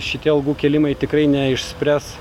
šitie algų kėlimai tikrai neišspręs